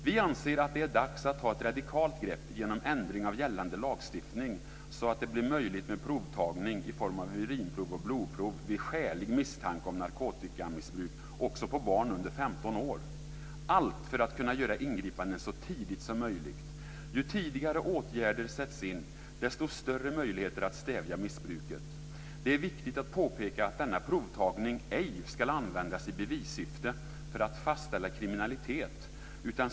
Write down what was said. Vi anser att det är dags att ta ett radikalt grepp genom ändring av gällande lagstiftning, så att det blir möjligt med provtagning i form av urinprov och blodprov vid skälig misstanke om narkotikamissbruk också på barn under 15 år, allt för att kunna göra ingripanden så tidigt som möjligt. Ju tidigare åtgärder sätts in, desto större möjligheter att stävja missbruket. Det är viktigt att påpeka att denna provtagning ej ska användas i bevissyfte för att fastställa kriminalitet.